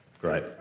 great